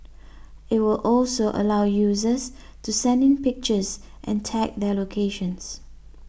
it would also allow users to send in pictures and tag their locations